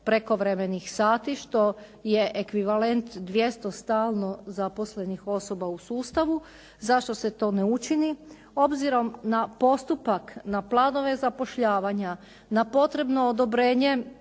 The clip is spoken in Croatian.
prekovremenih sati što je ekvivalent 200 stalno zaposlenih osoba u sustavu, zašto se to ne učini. Obzirom na postupak, na planove zapošljavanja, na potrebno odobrenje